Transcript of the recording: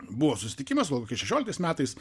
buvo susitikimas gal kokiais šešiolikais metais